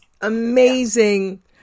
amazing